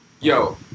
Yo